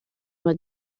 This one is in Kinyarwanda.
aba